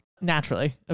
Naturally